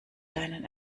deinen